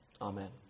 amen